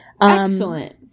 excellent